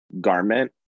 garment